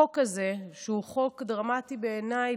החוק הזה הוא חוק דרמטי בעיניי,